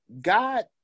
God